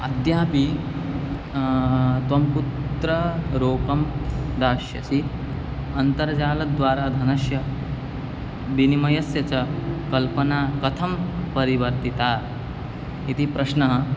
अद्यापि त्वं कुत्र रोपं दास्यसि अन्तर्जालद्वारा धनस्य विनिमयस्य च कल्पना कथं परिवर्तिता इति प्रश्नः